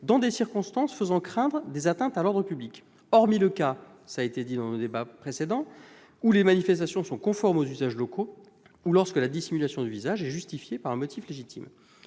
dans des circonstances faisant craindre des atteintes à l'ordre public », hormis le cas où les manifestations sont conformes aux usages locaux ou lorsque la dissimulation du visage est justifiée par un motif légitime.